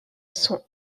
sont